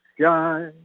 sky